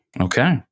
Okay